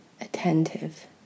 attentive